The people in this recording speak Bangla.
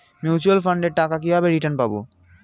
মিউচুয়াল ফান্ডের টাকা কিভাবে রিটার্ন পাব?